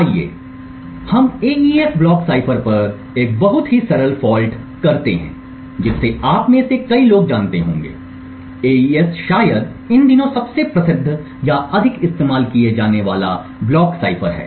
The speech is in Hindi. आइए हम एईएस ब्लॉक साइफर पर एक बहुत ही सरल फॉल्ट करते हैं जिससे आप में से कई लोग जानते होंगे एईएस शायद इन दिनों सबसे प्रसिद्ध या अधिक इस्तेमाल किया जाने वाला ब्लॉक साइफर है